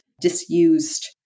disused